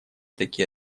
такие